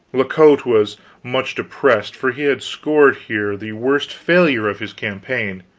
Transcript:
la cote was much depressed, for he had scored here the worst failure of his campaign.